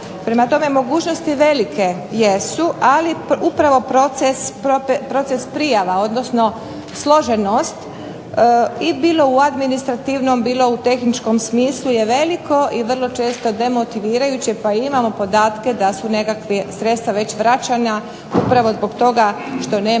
Prema tome mogućnosti velike jesu, ali upravo proces prijava odnosno složenost bilo u administrativnom, bilo u tehničkom smislu je veliko i vrlo često demotivirajuće pa imamo podatke da su nekakva sredstva već vraćena upravo zbog toga što nema